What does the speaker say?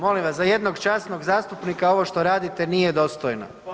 Molim vas, za jednog časnog zastupnika ovo što radite nije dostojno.